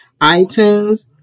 iTunes